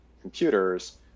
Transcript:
computers